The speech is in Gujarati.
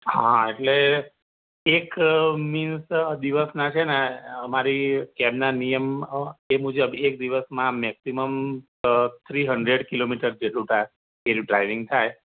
હા એટલે એક મીન્સ દિવસના છે ને અમારી કેબના નિયમ એ મુજબ એક દિવસમાં મેક્સિમમ થ્રી હન્ડ્રેડ કિલોમીટર જેટલું થાય એટલું ડ્રાઈવિંગ થાય